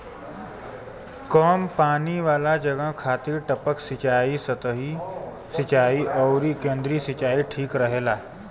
कम पानी वाला जगह खातिर टपक सिंचाई, सतही सिंचाई अउरी केंद्रीय सिंचाई ठीक रहेला